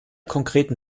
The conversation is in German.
konkreten